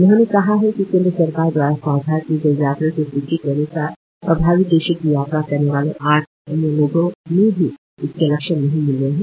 उन्होंने कहा कि केन्द्र सरकार द्वारा साझा की गयी यात्रियों की सूची के अन्सार प्रभावित देशों की यात्रा करने वाले आठ अन्य लोगों में भी इसके लक्षण नही मिले हैं